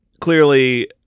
Clearly